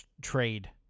trade